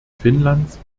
finnlands